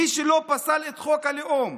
מי שלא פסל את חוק הלאום,